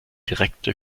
direkte